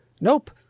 Nope